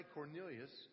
Cornelius